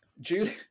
Julie